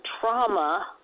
trauma